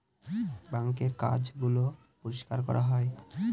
বাঙ্কের কাজ গুলো পরিষ্কার করা যায়